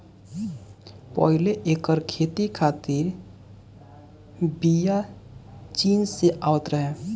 पहिले एकर खेती खातिर बिया चीन से आवत रहे